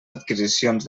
adquisicions